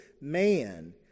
man